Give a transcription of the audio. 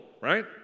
right